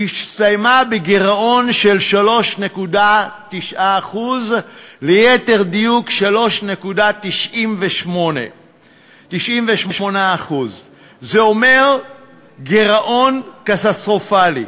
הסתיימה בגירעון של 3.9% ליתר דיוק 3.98%. זה אומר גירעון קטסטרופלי,